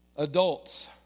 Adults